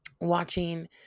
watching